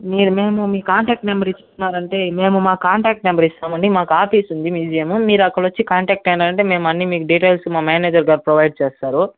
మీది మేము మీ కాంటాక్ట్ నెంబర్ ఇచ్చినారంటే మేము మా కాంటాక్ట్ నెంబర్ ఇస్తామండి మాకు ఆఫీస్ ఉంది మీరు అక్కడొచ్చి కాంటాక్ట్ అయినారంటే మీకు మేము అన్ని మీ డీటైల్స్ మా మేనేజర్ గారు ప్రొవైడ్ చేస్తారు